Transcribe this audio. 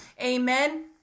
Amen